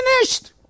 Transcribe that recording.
finished